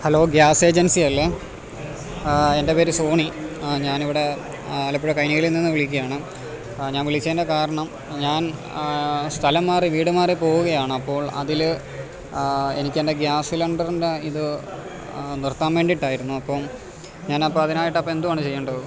hello gas agency അല്ലേ എൻ്റെ പേര് സോണി ആ ഞാൻ ഇവിടെ ആലപ്പുഴ നിന്ന് വിളിക്കുവാണ് ഞാൻ വിളിച്ചതിൻ്റെ കാരണം ഞാൻ സ്ഥലം മാറി വീട് മാറി പോവുകയാണ് അപ്പോൾ അതിൽ എനിക്ക് എൻ്റെ ഗ്യാസ് സിലിണ്ടറിൻ്റെ ഇത് നിർത്താൻ വേണ്ടിയിട്ടായിരുന്നു അപ്പോൾ ഞാനപ്പം അതിനായിട്ട് അപ്പം എന്തുവാണ് ചെയ്യേണ്ടത്